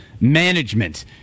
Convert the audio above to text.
management